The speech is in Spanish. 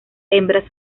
hembras